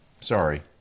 Sorry